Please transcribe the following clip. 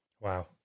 Wow